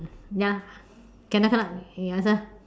ya cannot cannot you answer